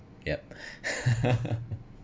yup